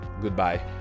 goodbye